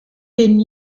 bin